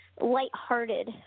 lighthearted